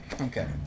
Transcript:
Okay